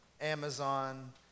Amazon